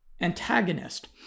antagonist